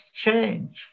change